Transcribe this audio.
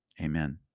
amen